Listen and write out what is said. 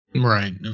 Right